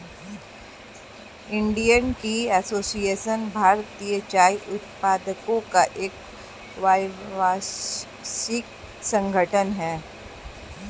Indian tea association भारतीय चाय उत्पादकों का एक व्यावसायिक संगठन है